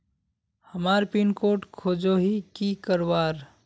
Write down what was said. हमार pin code खोजोही की करवार?